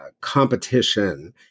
competition